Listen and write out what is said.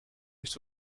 het